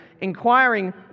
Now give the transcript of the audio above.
inquiring